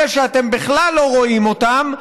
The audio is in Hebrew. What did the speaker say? אלה שאתם בכלל לא רואים אותם,